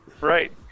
Right